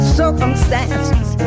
circumstances